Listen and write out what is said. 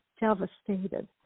devastated